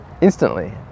instantly